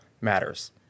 matters